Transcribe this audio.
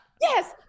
yes